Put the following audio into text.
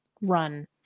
run